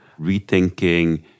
rethinking